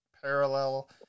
parallel